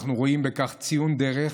אנחנו רואים בכך ציון דרך,